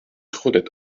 خودت